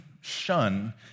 shun